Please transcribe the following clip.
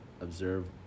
observe